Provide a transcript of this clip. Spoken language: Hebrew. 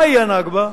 מהי ה"נכבה"?